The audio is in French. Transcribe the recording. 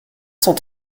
cent